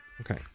Okay